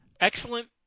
excellent